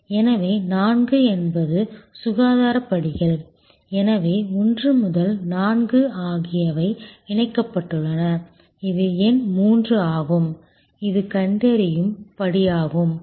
எனவே 4 என்பது சுகாதாரப் படிகள் எனவே 1 மற்றும் 4 ஆகியவை இணைக்கப்பட்டுள்ளன இது எண் 3 ஆகும் இது கண்டறியும் படியாகும்